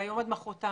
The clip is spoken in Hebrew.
מהיום עד מחרתיים,